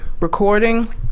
recording